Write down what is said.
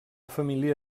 família